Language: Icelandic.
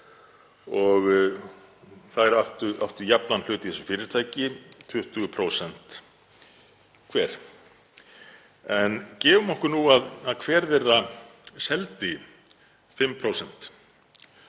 Þær áttu jafnan hlut í þessu fyrirtæki, 20% hver. Gefum okkur nú að hver þeirra seldi 5%